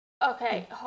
okay